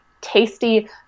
tasty